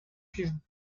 fils